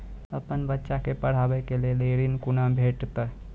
अपन बच्चा के पढाबै के लेल ऋण कुना भेंटते?